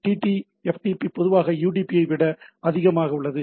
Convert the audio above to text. TTFTP பொதுவாக UDP ஐ விட அதிகமாக உள்ளது